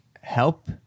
help